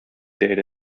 date